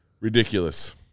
Ridiculous